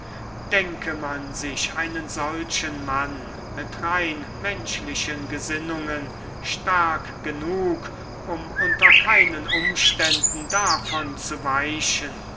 denke man sich einen solchen mann mit rein menschlichen gesinnungen stark genug um unter keinen umständen davon zu weichen